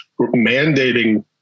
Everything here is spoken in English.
mandating